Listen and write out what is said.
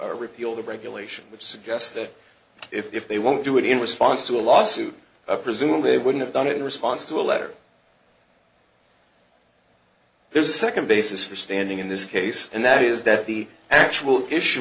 repeal the regulation which suggests that if they won't do it in response to a lawsuit presumably they wouldn't have done it in response to a letter there's a second basis for standing in this case and that is that the actual issu